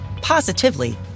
positively